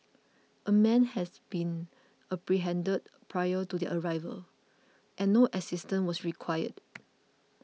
a man has been apprehended prior to their arrival and no assistance was required